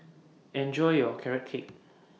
Enjoy your Carrot Cake